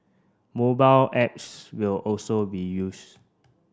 mobile apps will also be used